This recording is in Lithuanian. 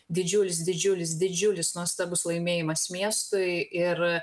didžiulis didžiulis didžiulis nuostabus laimėjimas miestui ir